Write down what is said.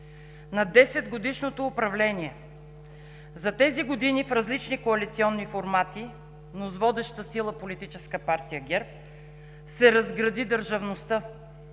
На десетгодишното управление! За тези години в различни коалиционни формати, но с водеща сила Политическа партия ГЕРБ, се разгради държавността.